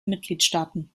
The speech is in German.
mitgliedstaaten